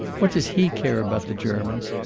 what does he care about the germans?